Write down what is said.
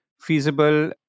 feasible